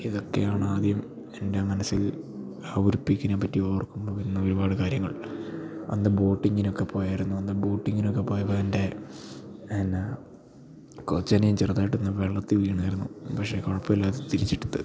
ഇതൊക്കെയാണ് ആദ്യം എൻ്റെ മനസ്സിൽ ആ ഒരു പിക്കിനെപ്പറ്റി ഓർക്കുമ്പോൾ വന്ന ഒരുപാട് കാര്യങ്ങൾ അന്ന് ബോട്ടിങ്ങിനൊക്കെ പോയിരുന്നു അന്ന് ബോട്ടിങ്ങിനൊക്കെ പോയപ്പോൾ എൻ്റെ എന്താ കൊച്ചനിയൻ ചെറുതായിട്ടൊന്നു വെള്ളത്തിൽ വീണിരുന്നു പക്ഷെ കുഴപ്പമില്ലാതെ തിരിച്ചെടുത്തു